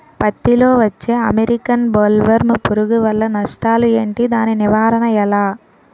పత్తి లో వచ్చే అమెరికన్ బోల్వర్మ్ పురుగు వల్ల నష్టాలు ఏంటి? దాని నివారణ ఎలా?